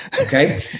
Okay